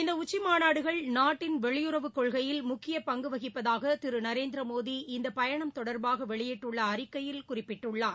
இந்த உச்சிமாநாடுகள் நாட்டின் வெளியுறவுக்கொள்கையில் முக்கிய பங்கு வகிப்பதாக திரு நரேந்திர மோடி இந்த பயணம் தொடர்பாக வெளியிட்டுள்ள அறிக்கையில் குறிப்பிட்டுள்ளார்